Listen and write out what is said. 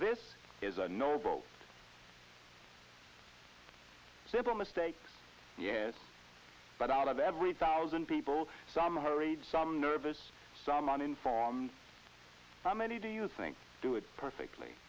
this is a noble simple mistake but out of every thousand people some hurried some nervous some uninformed how many do you think do it perfectly